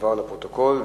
שתועבר לפרוטוקול.